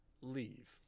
leave